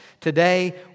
Today